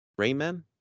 Rayman